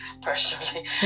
personally